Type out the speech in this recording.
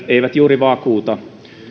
eivät juuri vakuuta